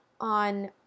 on